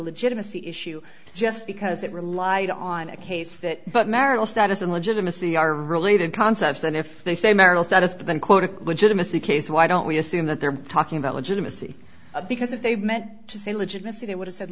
legitimacy issue just because it relied on a case that but marital status and legitimacy are related concepts and if they say marital status but then quote of legitimacy case why don't we assume that they're talking about legitimacy because if they've met to say legitimacy they would have said